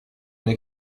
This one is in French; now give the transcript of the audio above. nous